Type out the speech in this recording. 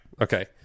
Okay